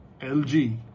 LG